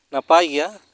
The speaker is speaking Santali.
ᱱᱟᱯᱟᱭ ᱜᱮᱭᱟ